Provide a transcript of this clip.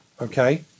Okay